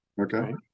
Okay